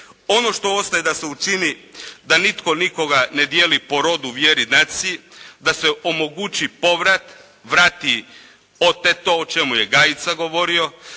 Ono što ostaje da se učini da nitko nikoga ne dijeli po rodu, vjeri, naciji. Da se omogući povrat, vrati …/Govornik se ne razumije./…